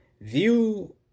view